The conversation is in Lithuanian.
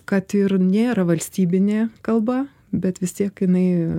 kad ir nėra valstybinė kalba bet vis tiek jinai